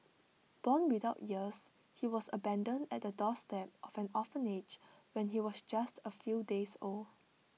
born without ears he was abandoned at the doorstep of an orphanage when he was just A few days old